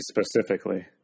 specifically